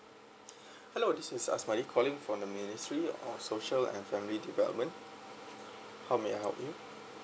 hello this is asmadi calling from the ministry of social and family development how may I help you